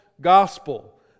gospel